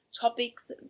topics